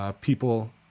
People